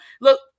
look